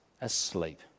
asleep